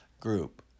group